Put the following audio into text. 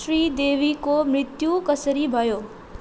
श्रीदेवीको मृत्यु कसरी भयो